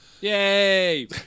Yay